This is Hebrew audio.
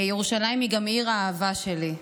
ירושלים היא גם עיר האהבה שלי.